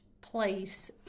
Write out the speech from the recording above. place